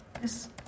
Yes